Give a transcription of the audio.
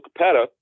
Capetta